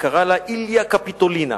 וקרא לה איליה קפיטולינה,